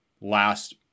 last